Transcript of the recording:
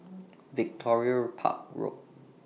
Victoria Park Road